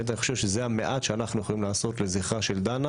זה המעט שאנחנו יכולים לעשות לזכרה של דנה